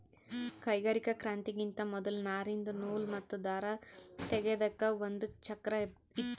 ಕೈಗಾರಿಕಾ ಕ್ರಾಂತಿಗಿಂತಾ ಮೊದಲ್ ನಾರಿಂದ್ ನೂಲ್ ಮತ್ತ್ ದಾರ ತೇಗೆದಕ್ ಒಂದ್ ಚಕ್ರಾ ಇತ್ತು